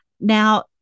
Now